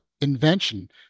invention